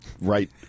right